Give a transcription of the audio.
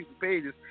pages